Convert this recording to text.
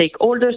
stakeholders